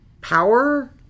power